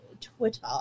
Twitter